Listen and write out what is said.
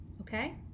Okay